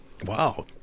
Wow